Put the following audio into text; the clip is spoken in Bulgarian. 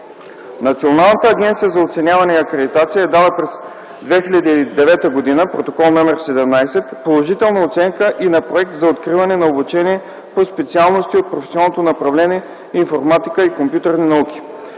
Националната агенция за оценяване и акредитация е дала през 2009 г. (Протокол № 17) положителна оценка и на проект за откриване на обучение по специалности от професионално направление „Информатика и компютърни науки”.